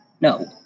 No